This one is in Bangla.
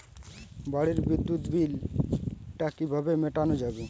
বাড়ির বিদ্যুৎ বিল টা কিভাবে মেটানো যাবে?